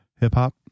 hip-hop